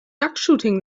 duckshooting